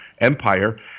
Empire